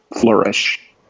flourish